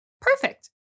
Perfect